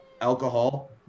alcohol